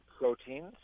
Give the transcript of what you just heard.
proteins